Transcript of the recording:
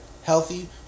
Healthy